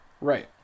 Right